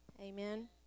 Amen